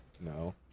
no